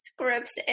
scripts